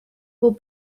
will